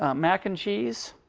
ah mac and cheese.